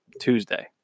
Tuesday